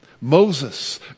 Moses